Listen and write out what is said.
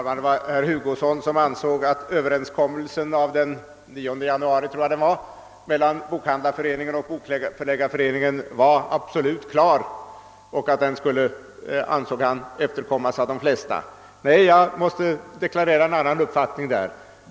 Herr talman! Herr Hugosson ansåg att överenskommelsen mellan Bokhandlareföreningen och Bokförläggareföreningen av den 9 januari var helt klar och alltså inte alls preliminär och att den skulle komma att efterlevas av de flesta, men där måste jag deklarera en annan uppfattning.